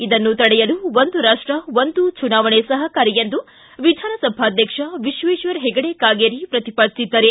ಇದನ್ನು ತಡೆಯಲು ಒಂದು ರಾಷ್ವ ಒಂದು ಚುನಾವಣೆ ಸಹಕಾರಿ ಎಂದು ವಿಧಾನಸಭಾಧ್ಯಕ್ಷ ವಿಶ್ವೇಶ್ವರ ಹೆಗಡೆ ಕಾಗೇರಿ ಪ್ರತಿಪಾದಿಸಿದ್ದಾರೆ